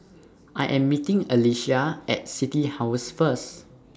I Am meeting Alysia At City House First